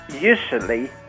usually